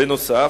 בנוסף,